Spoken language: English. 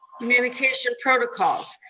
communication protocols.